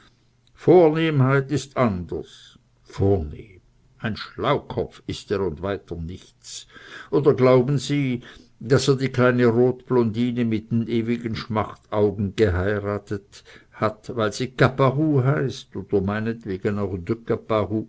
vornehmheit ist anders vornehm ein schlaukopf ist er und weiter nichts oder glauben sie daß er die kleine rotblondine mit den ewigen schmachtaugen geheiratet hat weil sie caparoux hieß oder meinetwegen